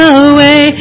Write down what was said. away